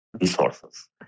resources